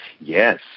Yes